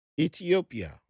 Ethiopia